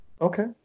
Okay